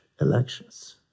elections